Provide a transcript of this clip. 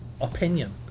opinion